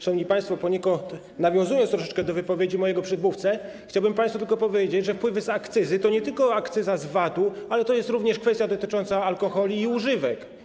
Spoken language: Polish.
Szanowni państwo, poniekąd troszeczkę nawiązując do wypowiedzi mojego przedmówcy, chciałbym państwu tylko powiedzieć, że wpływy z akcyzy to nie tylko akcyza z VAT-u, ale to jest również kwestia dotycząca alkoholi i używek.